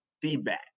feedback